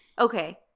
Okay